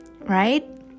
Right